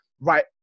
right